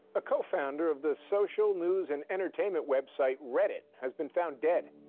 ah cofounder of the social news and entertainment website reddit has been found dead.